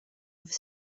over